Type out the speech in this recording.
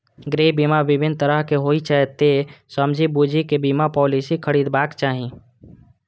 गृह बीमा विभिन्न तरहक होइ छै, तें समझि बूझि कें बीमा पॉलिसी खरीदबाक चाही